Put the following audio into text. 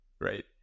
right